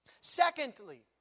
Secondly